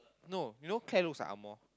no you know Kat looks Ang Mo